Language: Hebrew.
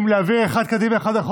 מאיפה הגיע קושניר לרשימה?